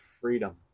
freedom